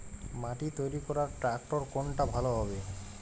মাটি তৈরি করার ট্রাক্টর কোনটা ভালো হবে?